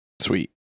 Sweet